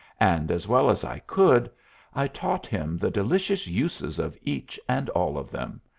and as well as i could i taught him the delicious uses of each and all of them,